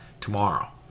tomorrow